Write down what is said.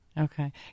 Okay